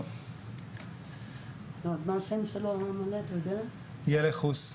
כולם מכירים אותו, כולם יודעים, הוא שחקן נבחרת